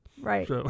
Right